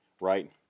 right